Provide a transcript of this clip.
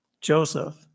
Joseph